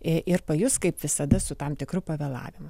ir pajus kaip visada su tam tikru pavėlavimu